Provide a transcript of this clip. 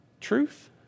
truth